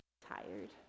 tired